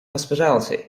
hospitality